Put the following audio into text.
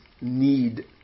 need